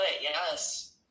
Yes